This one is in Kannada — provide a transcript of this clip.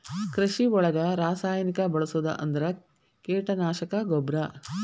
ಕೃಷಿ ಒಳಗ ರಾಸಾಯನಿಕಾ ಬಳಸುದ ಅಂದ್ರ ಕೇಟನಾಶಕಾ, ಗೊಬ್ಬರಾ